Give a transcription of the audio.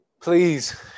please